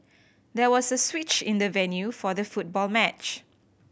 there was a switch in the venue for the football match